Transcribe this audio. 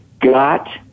got